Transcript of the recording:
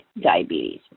diabetes